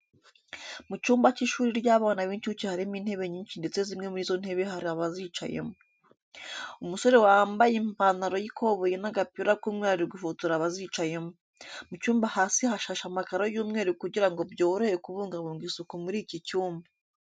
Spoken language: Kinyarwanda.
Mu cyumba cy'ishuri ry'abana b'incuke harimo intebe nyinshi ndetse zimwe muri izo ntebe hari abazicayemo. Umusore wambaye ipantaro y'ikoboyi n'agapira k'umweru ari gufotora abazicayemo. Mu cyumba hasi hashashe amakaro y'umweru kugira ngo byorohe kubungabunga isuku muri iki cyumba.